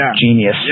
genius